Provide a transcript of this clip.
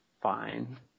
fine